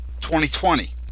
2020